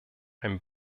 ein